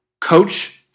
Coach